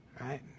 right